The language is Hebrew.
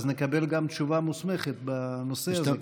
ואז נקבל גם תשובה מוסמכת בנושא הזה.